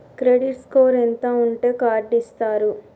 Credit score ఎంత ఉంటే card ఇస్తారు?